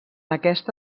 aquesta